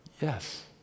Yes